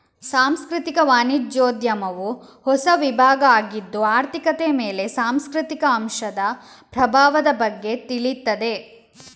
ಸಾಂಸ್ಕೃತಿಕ ವಾಣಿಜ್ಯೋದ್ಯಮವು ಹೊಸ ವಿಭಾಗ ಆಗಿದ್ದು ಆರ್ಥಿಕತೆಯ ಮೇಲೆ ಸಾಂಸ್ಕೃತಿಕ ಅಂಶದ ಪ್ರಭಾವದ ಬಗ್ಗೆ ತಿಳೀತದೆ